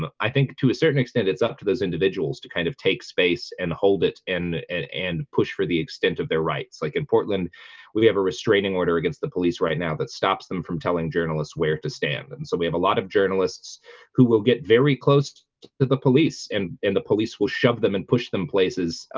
um i think to a certain extent it's up to those individuals to kind of take space and hold it and and push for the extent of their rights like in portland we we have a restraining order against the police right now that stops them from telling journalists where to stand and so we have a lot of journalists who will get very close to the the police and and the police will shove them and push them places,